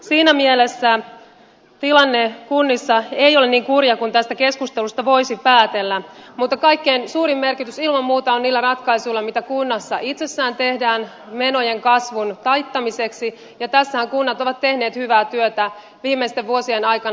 siinä mielessä tilanne kunnissa ei ole niin kurja kuin tästä keskustelusta voisi päätellä mutta kaikkein suurin merkitys ilman muuta on niillä ratkaisuilla joita kunnissa itsessään tehdään menojen kasvun taittamiseksi ja tässähän kunnat ovat tehneet hyvää työtä viimeisten vuosien aikana